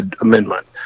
amendment